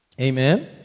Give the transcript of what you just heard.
Amen